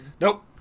Nope